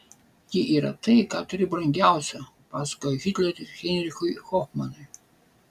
ji yra tai ką turiu brangiausia pasakojo hitleris heinrichui hofmanui